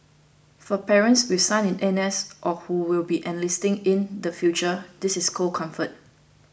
for parents with sons in N S or who will be enlisting in the future this is cold comfort